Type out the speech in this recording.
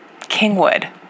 Kingwood